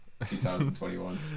2021